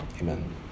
Amen